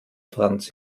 franz